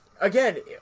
again